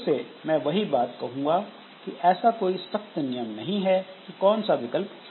फिर से मैं वही बात कहूंगा कि ऐसा कोई सख्त नियम नहीं है कि कौन सा विकल्प चुना जाए